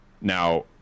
Now